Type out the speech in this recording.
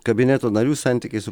kabineto narių santykiai su